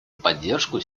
поддержку